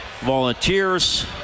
volunteers